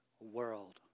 world